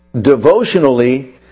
devotionally